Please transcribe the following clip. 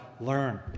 learn